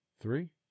Three